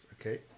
Okay